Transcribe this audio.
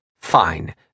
Fine